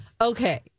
okay